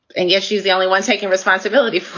and yes, she is the only one taking responsibility